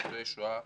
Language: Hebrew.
ניצולי השואה,